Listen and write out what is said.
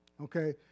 Okay